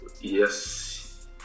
Yes